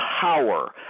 power